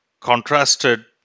contrasted